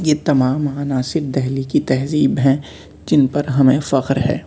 یہ تمام عناصر دہلی کی تہذیب ہیں جن پر ہمیں فخر ہے